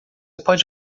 pode